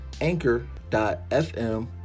anchor.fm